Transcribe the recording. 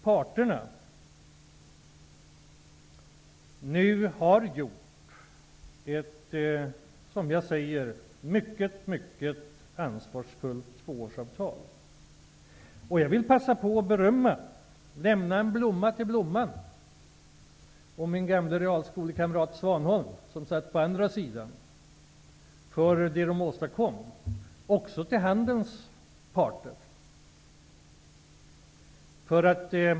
Parterna har nu också ingått ett mycket ansvarsfullt tvåårsavtal. Jag vill passa på att ge beröm och lämna en blomma till Blomman och min gamle realskolekamrat Svanholm, som satt på andra sidan förhandlingsbordet, för vad de har åstadkommit för handelns parter.